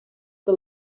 the